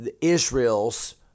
Israel's